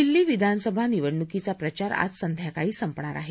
दिल्ली विधानसभा निवडणुकीचा प्रचार आज संध्याकाळी संपणार आहे